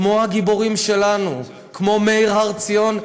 כמו הגיבורים שלנו, כמו מאיר הר ציון,